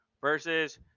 Versus